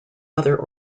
other